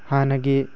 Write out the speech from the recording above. ꯍꯥꯟꯅꯒꯤ